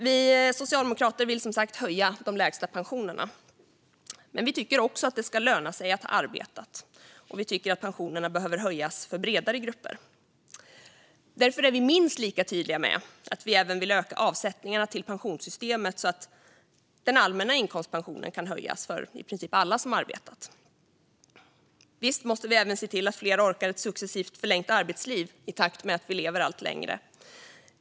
Vi socialdemokrater vill som sagt höja de lägsta pensionerna. Men vi tycker också att det ska löna sig att ha arbetat och att pensionerna behöver höjas för bredare grupper. Därför är vi minst lika tydliga med att vi även vill öka avsättningarna till pensionssystemet så att den allmänna inkomstpensionen kan höjas för i princip alla som arbetat. Visst måste vi även se till att fler orkar med ett successivt förlängt arbetsliv i takt med att vi lever allt längre.